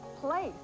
Place